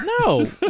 No